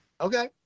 okay